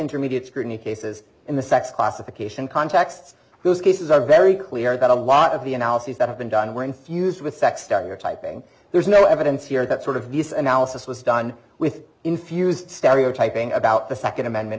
intermediate scrutiny cases in the sex classification contexts whose cases are very clear that a lot of the analyses that have been done were infused with sex stereotyping there's no evidence here that sort of analysis was done with infused stereotyping about the second amendment